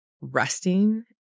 resting